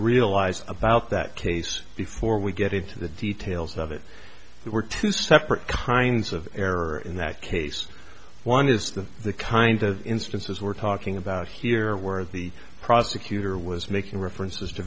realize about that case before we get into the details of it were two separate kinds of error in that case one is the kind of instances we're talking about here where the prosecutor was making references to